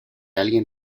alguien